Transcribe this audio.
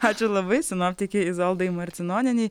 ačiū labai sinoptikei izoldai marcinonienei